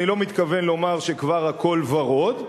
אני לא מתכוון לומר שכבר הכול ורוד,